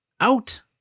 out